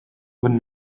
when